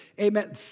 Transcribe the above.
amen